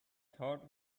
thought